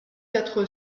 quatre